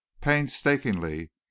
painstakingly